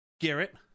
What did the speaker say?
garrett